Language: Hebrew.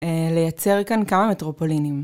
לייצר כאן כמה מטרופולינים.